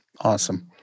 Awesome